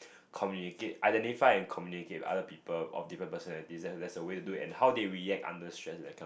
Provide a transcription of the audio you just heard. communicate identify and communicate with other people of different personality and there's a way to do it and how they react under stress that kind of t~